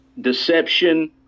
deception